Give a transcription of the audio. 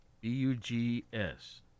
B-U-G-S